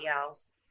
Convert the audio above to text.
else